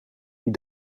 die